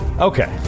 Okay